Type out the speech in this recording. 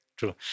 True